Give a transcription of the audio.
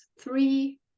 three